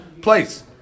place